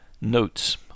Notes